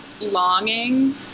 longing